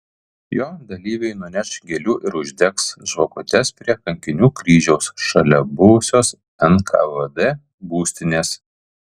jo dalyviai nuneš gėlių ir uždegs žvakutes prie kankinių kryžiaus šalia buvusios nkvd būstinės